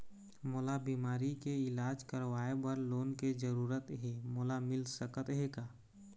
मोला बीमारी के इलाज करवाए बर लोन के जरूरत हे मोला मिल सकत हे का?